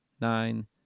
nine